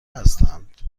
هستند